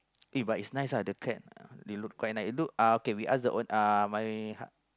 eh but it's nice ah the cat they look quite nice it look uh we ask the own~ uh my